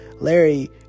Larry